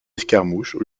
escarmouches